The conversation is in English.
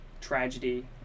tragedy